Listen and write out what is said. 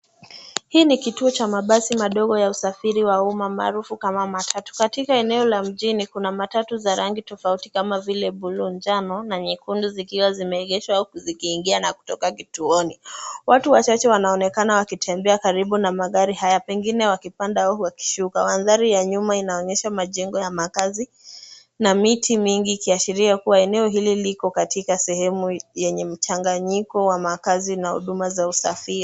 Hii ni kituo cha mabasi madogo ya usafiri wa umma maarufu kama matatu. Katika eneo la mjini kuna matatu za rangi tofauti kama vile buluu, njano na nyekundu zikiwa zimeegeshwa au zikiingia na kutoka kituoni. Watu wachache wanaonekana wakitembea karibu na magari haya pengine wakipanda au wakishuka. Mandhari ya nyuma inaonyesha majengo ya makaazi na miti mingi ikiashiria kuwa eneo hili liko katika sehemu yenye mchanganyiko wa makaazi na huduma za usafiri.